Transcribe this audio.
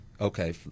okay